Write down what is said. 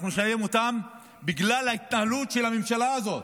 אנחנו נשלם אותם בגלל ההתנהלות של הממשלה הזאת.